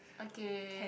okay